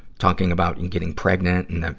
talking about and getting pregnant, and